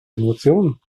emotionen